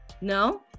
no